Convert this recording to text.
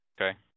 Okay